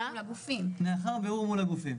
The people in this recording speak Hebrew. מקובל.